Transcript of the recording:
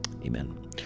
Amen